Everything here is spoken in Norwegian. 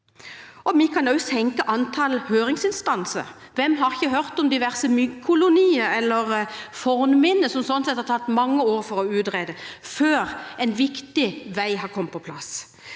Vi kan også senke antallet høringsinstanser. Hvem har ikke hørt om diverse myggkolonier eller fornminner som det har tatt mange år å utrede før en viktig vei har kommet på plass.